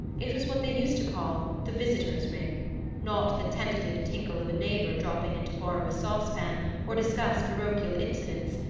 it was what they used to call the visitor's ring not the tentative tinkle of a neighbor dropping in to borrow a sauce-pan or discuss parochial incidents,